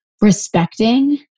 respecting